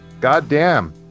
goddamn